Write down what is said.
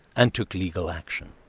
and took legal action.